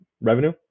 revenue